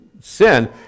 sin